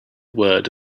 word